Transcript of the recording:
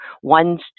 one